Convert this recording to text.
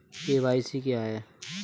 KYC क्या है?